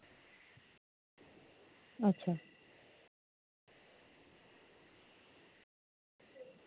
अच्छा